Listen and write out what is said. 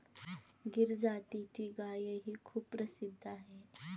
गीर जातीची गायही खूप प्रसिद्ध आहे